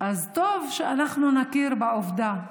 אז טוב שאנחנו נכיר בעובדה,